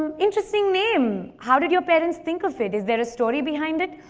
um interesting name. how did your parents think of it? is there a story behind it?